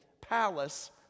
palace